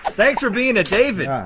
thanks for being a david.